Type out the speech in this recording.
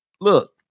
Look